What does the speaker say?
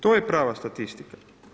To je prava statistika.